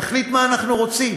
נחליט מה אנחנו רוצים.